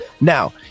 Now